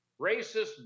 racist